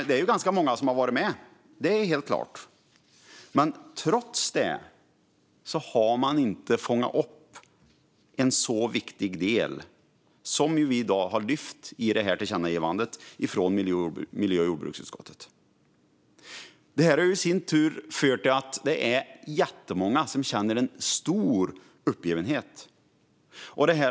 Det är helt klart många som har varit med, men trots det har man inte fångat upp en så viktig del som har tagits med i tillkännagivandet från miljö och jordbruksutskottet. Det i sin tur medför att det är jättemånga som känner en stor uppgivenhet.